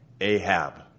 Ahab